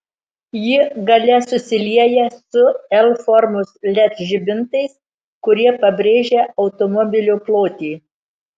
ji gale susilieja su l formos led žibintais kurie pabrėžia automobilio plotį